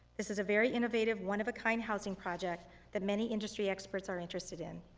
this is a very innovative, one of a kind housing project that many industry experts are interested in.